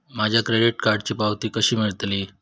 माझ्या क्रेडीट कार्डची पावती कशी मिळतली?